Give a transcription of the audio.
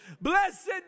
Blessed